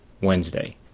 Wednesday